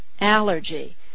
allergy